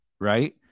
right